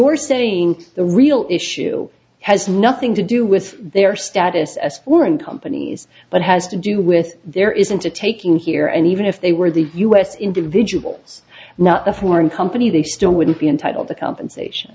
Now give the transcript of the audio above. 're saying the real issue has nothing to do with their status as foreign companies but has to do with there isn't a taking here and even if they were the us individuals not the foreign company they still wouldn't be entitled to compensation